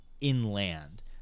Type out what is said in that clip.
inland